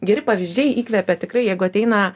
geri pavyzdžiai įkvepia tikrai jeigu ateina